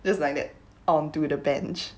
just like that onto the bench